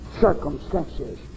Circumstances